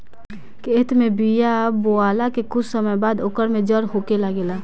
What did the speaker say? खेत में बिया बोआला के कुछ समय बाद ओकर में जड़ होखे लागेला